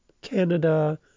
Canada